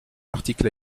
articles